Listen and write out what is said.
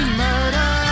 murder